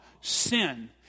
sin